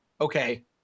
okay